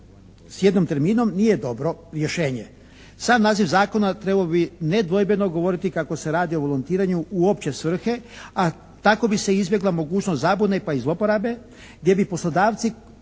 s jednim terminom nije dobro rješenje. Sam naziv zakona trebao bi nedvojbeno govoriti kako se radi o volontiranju u opće svrhe a tako bi se izbjegla mogućnost zabune pa i zlouporabe gdje bi poslodavci